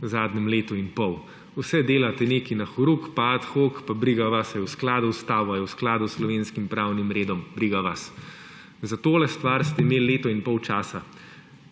v zadnjem letu in pol. Vse delate nekaj na horuk, pa ad hoc, pa briga vas, ali je v skladu z ustavo, ali je v skladu s slovenskim pravnim redom. Briga vas. Za tole stvar ste imeli leto in pol časa.